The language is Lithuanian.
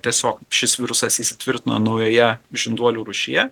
tiesiog šis virusas įsitvirtino naujoje žinduolių rūšyje